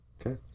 Okay